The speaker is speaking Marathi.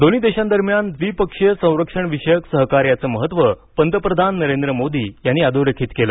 दोन्ही देशांदरम्यान द्विपक्षीय संरक्षणविषयक सहकार्याचं महत्त्व पंतप्रधान नरेंद्र मोदी यांनी अधोरेखित केलं